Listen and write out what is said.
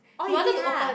oh he did ah